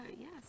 Yes